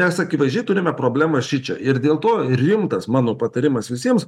mes akivaizdžiai turime problemą šičia ir dėl to rimtas mano patarimas visiems